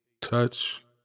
touch